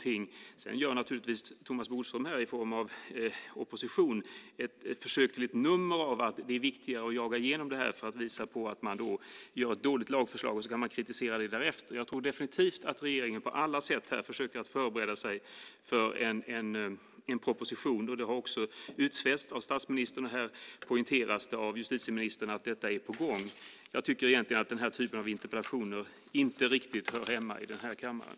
Thomas Bodström gör naturligtvis ett försök, i form av opposition, till ett nummer av att det är viktigare att jaga igenom detta för att visa på att det blir ett dåligt lagförslag som kan kritiseras därefter. Jag tror definitivt att regeringen på alla sätt försöker förbereda sig på en proposition. Det har utfästs av statsministern och här poängterats av justitieministern att detta är på gång. Den här typen av interpellationer hör inte riktigt hemma i kammaren.